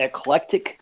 eclectic